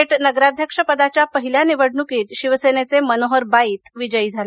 थेट नगराध्यक्ष पदाच्या पहिल्या निवडणुकीत शिवसेनेचे मनोहर बाईत विजयी झाले